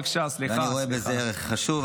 ואני רואה בזה ערך חשוב.